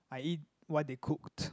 I eat what they cooked